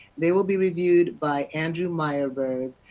they will be reviewed by andrew myerberg.